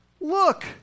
look